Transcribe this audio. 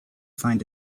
find